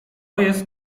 jest